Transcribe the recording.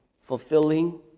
fulfilling